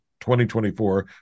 2024